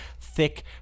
thick